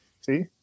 See